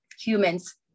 humans